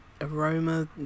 aroma